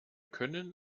können